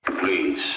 Please